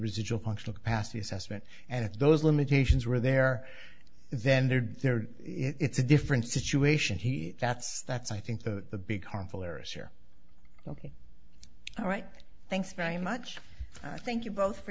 residual functional capacity assessment and if those limitations were there then there'd there it's a different situation he that's that's i think that the big harmful heiress here ok all right thanks very much i thank you both for